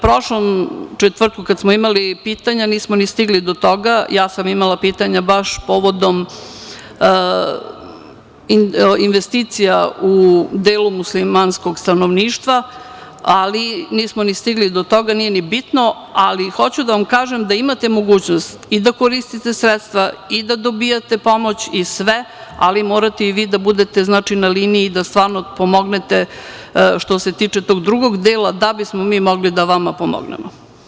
Prošlog četvrtka, kada smo imali pitanja, nismo ni stigli do toga, imala sam pitanja baš povodom investicija u delu muslimanskog stanovništva, ali nismo stigli do toga, nije ni bitno, ali hoću da vam kažem da imate mogućnost da koristite sredstva, da dobijate pomoć i sve, ali morate i vi da budete na liniji, da stvarno pomognete, što se tiče tog drugog dela, da bismo mi mogli vama da pomognemo.